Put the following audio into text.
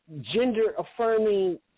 gender-affirming